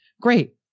Great